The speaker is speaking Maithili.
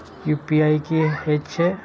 यू.पी.आई की हेछे?